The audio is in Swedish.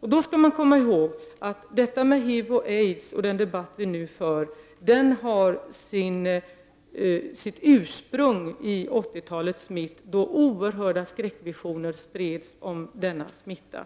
Vi skall komma ihåg att den debatt som vi för nu om HIV och aids har sitt ursprung i 80-talets mitt, då oerhörda skräckvisioner spreds om denna smitta.